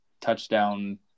touchdown